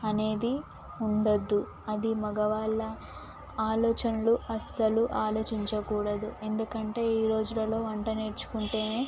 అనేది ఉండొద్దు అది మగవాళ్ళ ఆలోచనలు అసలు ఆలోచించకూడదు ఎందుకంటే ఈ రోజులలో వంట నేర్చుకుంటేనే